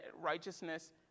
righteousness